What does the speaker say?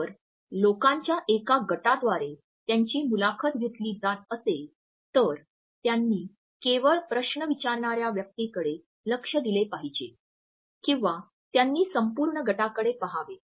जर लोकांच्या एका गटाद्वारे त्यांची मुलाखत घेतली जात असेल तर त्यांनी केवळ प्रश्न विचरणाऱ्या व्यक्तीकडे लक्ष दिले पाहिजे किंवा त्यांनी संपूर्ण गटाकडे पहावे